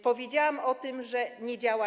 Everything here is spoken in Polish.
Powiedziałam o tym, że nic nie działa.